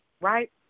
right